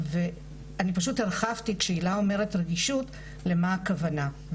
אני פשוט הרחבתי כאשר הילה אומרת רגישות למה הכוונה.